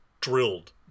drilled